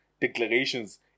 declarations